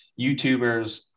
YouTubers